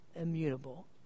immutable